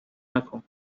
نکن